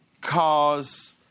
cars